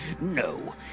No